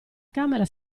camera